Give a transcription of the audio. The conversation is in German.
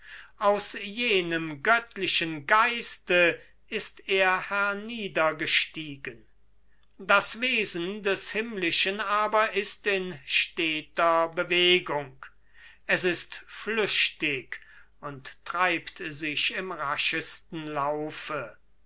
aus jenem göttlichen geiste ist er herniedergestiegen das wesen des himmlischen aber ist in steter bewegung es ist flüchtig und treibt sich im raschesten laufe